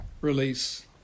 release